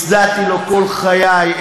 הצדעתי לו כל חיי,